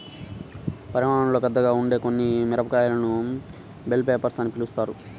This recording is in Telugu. పరిమాణంలో పెద్దగా ఉండే కొన్ని మిరపకాయలను బెల్ పెప్పర్స్ అని పిలుస్తారు